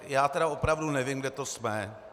Já tedy opravdu nevím, kde to jsme.